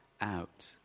out